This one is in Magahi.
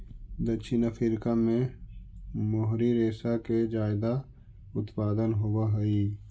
दक्षिण अफ्रीका में मोहरी रेशा के ज्यादा उत्पादन होवऽ हई